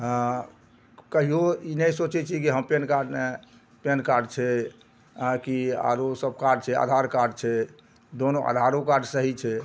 हँ कहियो ई नइ सोचय छियै कि हँ पेनकार्ड पेनकार्ड छै आकि आरो सभ कार्ड छै आधार कार्ड छै दोनो आधारो कार्ड सही छै